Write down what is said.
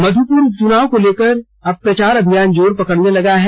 मधुपुर उपचुनाव को लेकर अब प्रचार अभियान जोर पकड़ने लगा है